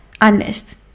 honest